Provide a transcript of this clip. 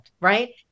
right